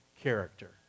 character